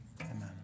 Amen